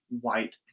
white